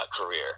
career